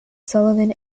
sullivan